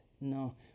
no